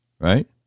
right